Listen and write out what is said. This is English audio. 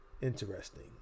Interesting